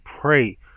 pray